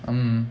mm